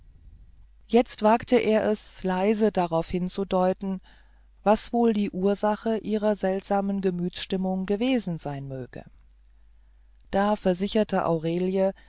jetzt wagte er es leise darauf hinzudeuten was wohl die ursache ihrer seltsamen gemütsstimmung gewesen sein möge da versicherte aurelie